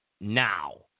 Now